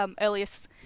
earliest